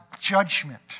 judgment